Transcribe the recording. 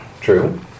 True